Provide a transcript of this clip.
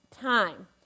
time